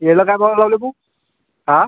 केळं काय भाव लावले भाऊ हा